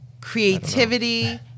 Creativity